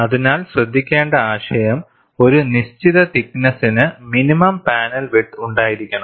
അതിനാൽ ശ്രദ്ധിക്കേണ്ട ആശയം ഒരു നിശ്ചിത തിക്നെസ്സ്സിന് മിനിമം പാനൽ വിഡ്ത് ഉണ്ടായിരിക്കണം